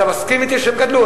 אתה מסכים אתי שהם גדלו,